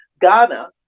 Ghana